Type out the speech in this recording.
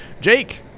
Jake